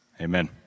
Amen